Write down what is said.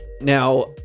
Now